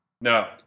no